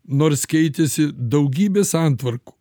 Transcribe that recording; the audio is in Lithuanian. nors keitėsi daugybė santvarkų